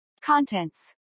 Contents